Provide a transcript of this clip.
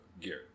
gear